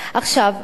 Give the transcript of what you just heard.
עכשיו,